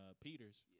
Peters